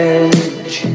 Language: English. edge